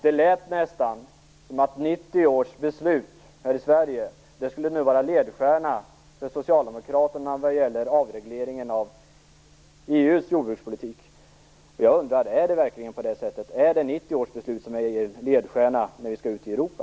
Det lät nästan som att 1990 års beslut här i Sverige nu skulle vara ledstjärnan för Socialdemokraterna vad gäller avregleringen av EU:s jordbrukspolitik. Är det verkligen så? Är det 1990 års beslut som är er ledstjärna när vi skall ut till Europa?